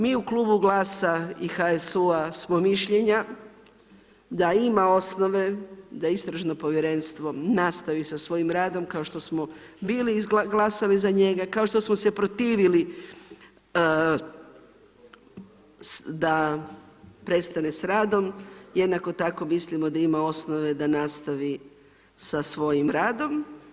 Mi u klubu GLAS-a i HSU-a smo mišljenja da ima osnove da istražno povjerenstvo nastavi sa svojim radom kao što smo bili izglasali za njega, kao što smo se protivili da prestane s radom, jednako tako mislimo da ima osnove da nastavi sa svojim radom.